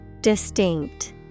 Distinct